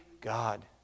God